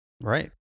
right